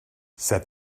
said